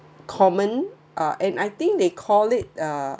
common uh and I think they call it uh